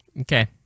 Okay